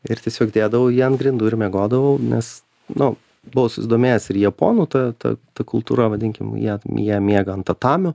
ir tiesiog dėdavau jį ant grindų ir miegodavau nes nu buvau susidomėjęs ir japonų ta ta ta kultūra vadinkim jie jie miega ant tatamio